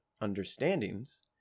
understandings